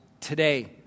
today